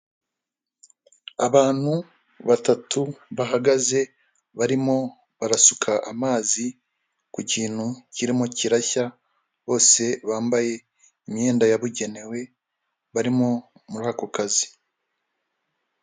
Abantu batatu bahagaze barimo barasuka amazi ku kintu kirimo kirashya, bose bambaye imyenda yabugenewe barimo muri ako kazi.